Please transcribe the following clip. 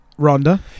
Rhonda